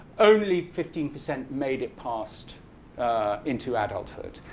only fifteen percent made it past into adulthood,